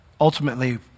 Ultimately